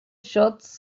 shots